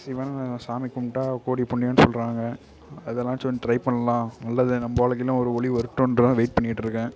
சிவன் சாமி கும்பிட்டா கோடி புண்ணியோம்னு சொல்றாங்க அதனாச்சும் ட்ரை பண்ணலான் நல்லது நம்ப வாழ்க்கைலையும் ஒரு ஒளி வரட்டுன்டு தான் வெயிட் பண்ணிகிட்டு இருக்கேன்